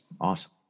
awesome